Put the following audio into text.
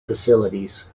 facilities